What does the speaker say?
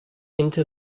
into